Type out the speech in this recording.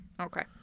Okay